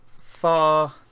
far